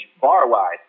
bar-wise